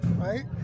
right